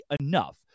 enough